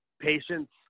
patients